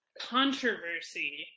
controversy